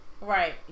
Right